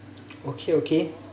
okay okay